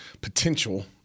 potential